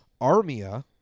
Armia